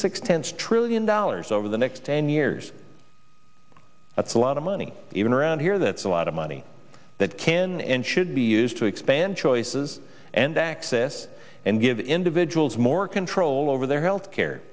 sixpence trillion dollars over the next ten years that's a lot of money even around here that's a lot of money that can and should be used to expand choices and access and give individuals more control over their health care